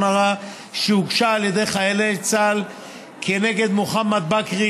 הרע שהוגשה על ידי חיילי צה"ל נגד מוחמד בכרי,